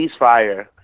ceasefire